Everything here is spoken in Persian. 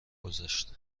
گذشت